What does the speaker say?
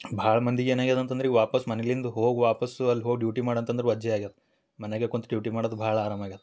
ಭಾಳ ಮಂದಿಗೆ ಏನಾಗ್ಯದೆ ಅಂತಂದ್ರೆ ಇವ ವಾಪಸ್ಸು ಮನೆಯಿಂದ ಹೋಗಿ ವಾಪಸ್ಸು ಅಲ್ಲಿ ಹೋಗಿ ಡ್ಯೂಟಿ ಮಾಡು ಅಂತಂದ್ರೆ ವಜ್ಜೆ ಆಗಿದ್ ಮನೆಗೆ ಕುಂತು ಡ್ಯೂಟಿ ಮಾಡೋದ್ ಭಾಳ ಅರಾಮಾಗ್ಯದೆ